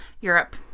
Europe